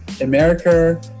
America